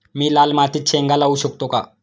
मी लाल मातीत शेंगा लावू शकतो का?